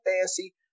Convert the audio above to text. fancy